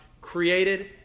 created